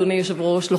אדוני היושב-ראש,